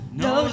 no